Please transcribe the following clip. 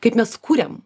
kaip mes kuriam